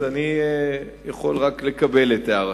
אז אני יכול רק לקבל את הערתך.